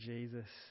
Jesus